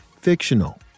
fictional